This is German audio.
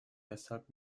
deshalb